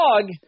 dog